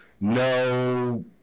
no